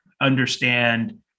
understand